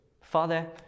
Father